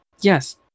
yes